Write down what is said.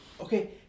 Okay